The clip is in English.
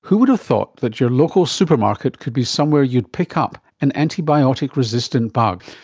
who would have thought that your local supermarket could be somewhere you'd pick up an antibiotic resistant bug?